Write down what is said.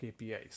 KPIs